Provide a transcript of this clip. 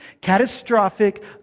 catastrophic